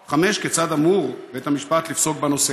5. כיצד אמור בית המשפט לפסוק בנושא?